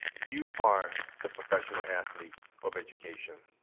you are the professional athletes of education.